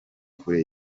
kure